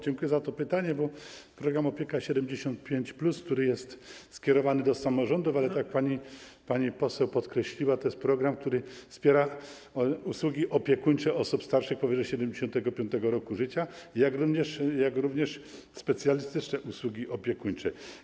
Dziękuję za to pytanie, bo program „Opieka 75+”, który jest skierowany do samorządów, tak jak pani poseł podkreśliła, to jest program, który wspiera usługi opiekuńcze osób starszych, powyżej 75. roku życia, jak również specjalistyczne usługi opiekuńcze.